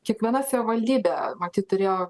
kiekviena savivaldybė matyt turėjo